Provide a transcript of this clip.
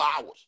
hours